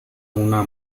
una